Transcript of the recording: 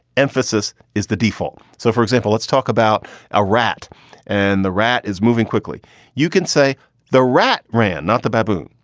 emphasis is the default. so, for example, let's talk about a rat and the rat is moving quickly you can say the rat ran, not the baboon.